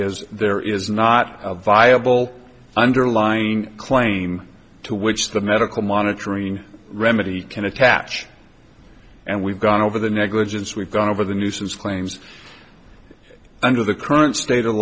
is there is not a viable underlying claim to which the medical monitoring remedy can attach and we've gone over the negligence we've gone over the nuisance claims that under the current state